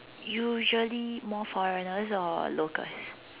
usually more foreigners or locals